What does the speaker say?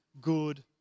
good